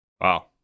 Wow